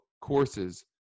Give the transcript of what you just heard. courses